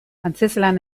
antzezlan